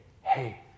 hey